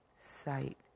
sight